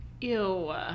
Ew